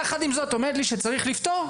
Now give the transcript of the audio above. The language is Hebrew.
יחד עם זאת, את אומרת לי שצריך לפתור?